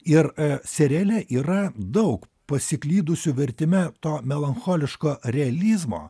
ir seriale yra daug pasiklydusių vertime to melancholiško realizmo